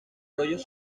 rollos